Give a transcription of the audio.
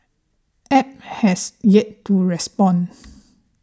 App has yet to respond